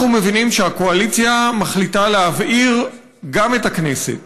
אנחנו מבינים שהקואליציה מחליטה להבעיר גם את הכנסת